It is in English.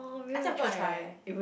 I think I'm gonna try